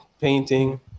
painting